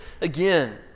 again